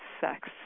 sex